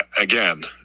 again